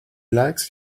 likes